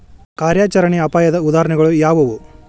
ಕಾರ್ಯಾಚರಣೆಯ ಅಪಾಯದ ಉದಾಹರಣೆಗಳು ಯಾವುವು